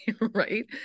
right